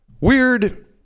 weird